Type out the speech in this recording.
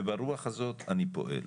וברוח הזאת אני פועל,